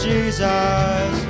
Jesus